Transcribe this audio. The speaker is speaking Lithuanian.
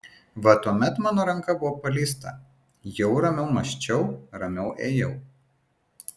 va tuomet mano ranka buvo paleista jau ramiau mąsčiau ramiau ėjau